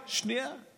זה כבר חצי שנה, שנייה.